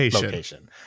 location